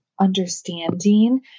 understanding